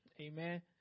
Amen